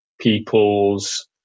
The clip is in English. people's